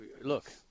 look